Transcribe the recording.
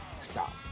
stop